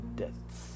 deaths